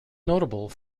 notable